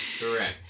Correct